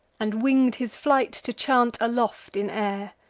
and wing'd his flight, to chant aloft in air.